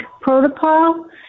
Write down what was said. protocol